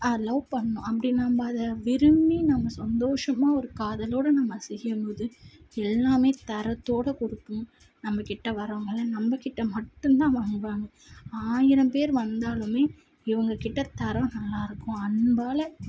அதை லவ் பண்ணணும் அப்படி நம்ம அதை விரும்பி நம்ம சந்தோஷமாக ஒரு காதலோடு நம்ம செய்யும்போது எல்லாமே தரத்தோடு கொடுக்கும் நம்மக் கிட்டே வரவங்களை நம்மக் கிட்டே மட்டும்தான் வாங்குவாங்க ஆயிரம் பேர் வந்தாலுமே இவங்கக் கிட்டே தரம் நல்லாயிருக்கும் அன்பால்